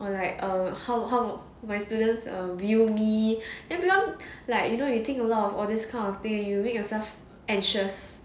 or like err how how would my students um view me then become like you you know you think a lot of all this kind of thing you make yourself anxious